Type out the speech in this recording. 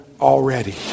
already